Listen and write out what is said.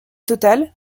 total